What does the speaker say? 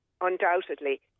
undoubtedly